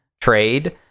trade